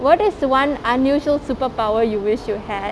what is the one unusual superpower you wish you had